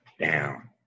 down